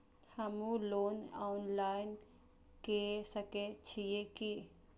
हमू loan online के सके छीये की?